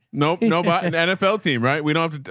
nope, no button nfl team. right? we don't have to.